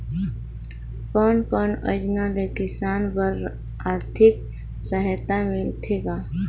कोन कोन योजना ले किसान बर आरथिक सहायता मिलथे ग?